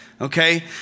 okay